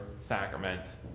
sacraments